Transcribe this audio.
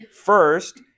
first